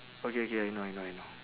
okay okay I know I know I know